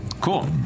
Cool